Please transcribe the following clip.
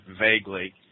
vaguely